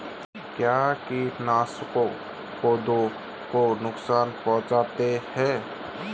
क्या कीटनाशक पौधों को नुकसान पहुँचाते हैं?